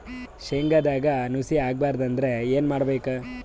ಶೇಂಗದಾಗ ನುಸಿ ಆಗಬಾರದು ಅಂದ್ರ ಏನು ಮಾಡಬೇಕು?